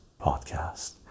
podcast